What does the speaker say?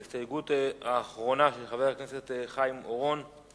ההסתייגות האחרונה, של חבר הכנסת חיים אורון.